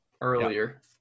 earlier